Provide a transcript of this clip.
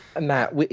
Matt